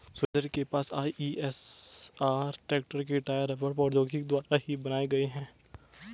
सुरेंद्र के Eicher tractor के tyre रबड़ प्रौद्योगिकी द्वारा ही बनाए गए हैं